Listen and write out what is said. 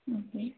okay